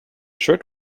shirt